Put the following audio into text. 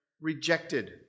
rejected